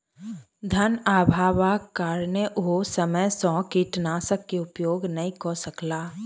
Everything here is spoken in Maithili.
धनअभावक कारणेँ ओ समय सॅ कीटनाशक के उपयोग नै कअ सकला